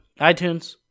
iTunes